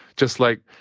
just like,